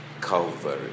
Calvary